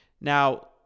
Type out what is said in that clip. Now